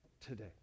today